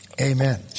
amen